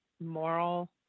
moral